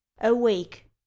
awake